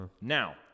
Now